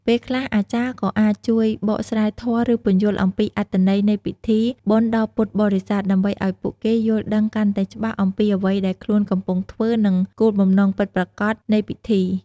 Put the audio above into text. ពេលខ្លះ អាចារ្យក៏អាចជួយ បកស្រាយធម៌ ឬពន្យល់អំពីអត្ថន័យនៃពិធីបុណ្យដល់ពុទ្ធបរិស័ទ ដើម្បីឱ្យពួកគេយល់ដឹងកាន់តែច្បាស់អំពីអ្វីដែលខ្លួនកំពុងធ្វើ និងគោលបំណងពិតប្រាកដនៃពិធី។